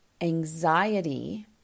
Anxiety